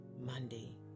Monday